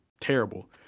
terrible